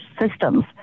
systems